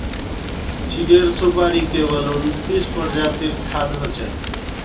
चीड़ेर सुपाड़ी केवल उन्नतीस प्रजातिर खाद्य हछेक